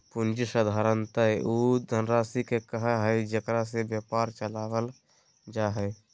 पूँजी साधारणतय उ धनराशि के कहइ हइ जेकरा से व्यापार चलाल जा हइ